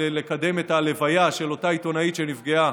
לקדם את הלוויה של אותה עיתונאית שנפגעה